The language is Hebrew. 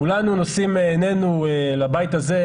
כולנו נושאים עינינו לבית הזה,